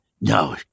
No